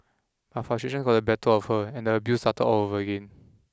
but frustrations got the better of her and the abuse started all over again